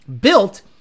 built